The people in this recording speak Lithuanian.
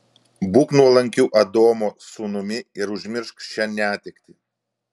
būk nuolankiu adomo sūnumi ir užmiršk šią netektį